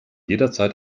jederzeit